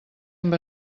amb